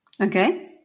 Okay